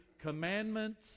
Commandments